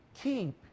keep